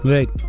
Right